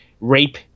rape